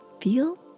feel